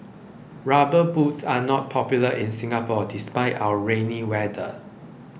rubber boots are not popular in Singapore despite our rainy weather